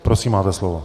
Prosím, máte slovo.